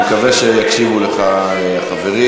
אני מקווה שיקשיבו לך החברים.